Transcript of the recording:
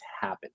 happen